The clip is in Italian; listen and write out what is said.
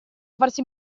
farsi